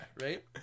right